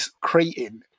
creating